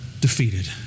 defeated